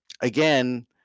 again